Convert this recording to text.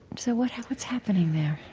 so what's what's happening there? ah,